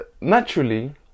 naturally